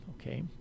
Okay